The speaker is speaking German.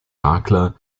makler